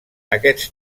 aquests